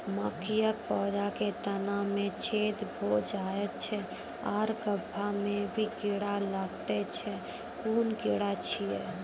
मकयक पौधा के तना मे छेद भो जायत छै आर गभ्भा मे भी कीड़ा लागतै छै कून कीड़ा छियै?